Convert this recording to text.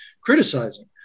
criticizing